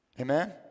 Amen